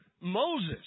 Moses